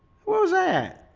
who's that